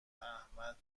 احمد